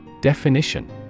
Definition